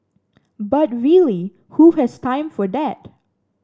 but really who has time for that